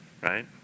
Right